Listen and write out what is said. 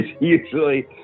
usually